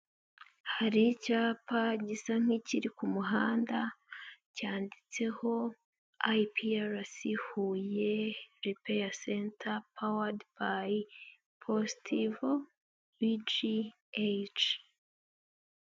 Hari icyapa gisa nk'ikiri ku muhanda, cyanditseho ayipiyarasi Huye repeya senta pawadi bayi pozirivu biji eyici.